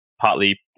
partly